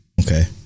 okay